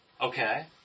Okay